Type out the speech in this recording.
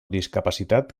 discapacitat